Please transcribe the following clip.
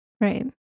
right